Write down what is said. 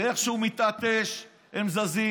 ואיך שהוא מתעטש הם זזים.